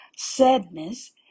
Sadness